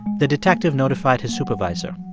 the detective notified his supervisor.